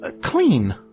clean